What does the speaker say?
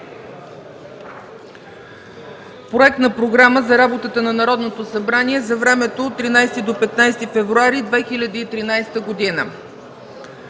Проект за работата на Народното събрание за времето от 13 до 15 февруари 2013 г.